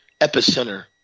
epicenter